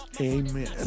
amen